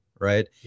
right